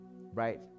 right